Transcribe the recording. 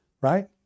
right